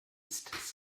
ist